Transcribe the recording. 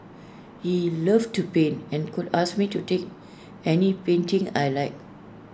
he loved to paint and could ask me to take any painting I liked